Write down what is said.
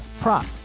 prop